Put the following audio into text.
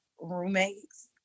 roommates